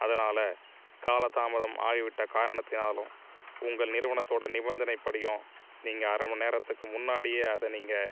அதனால் காலதாமதம் ஆகிவிட்ட காரணத்தினாலும் உங்கள் நிறுவனத்தோடய நிபந்தனைபடியும் நீங்கள் அரைமணி நேரத்துக்கு முன்னாடியே அதை நீங்கள்